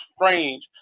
strange